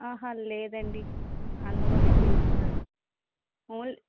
ఆహా లేదండి అందులోనే ఫీజ్ ఉంటుంది ఓన్ల్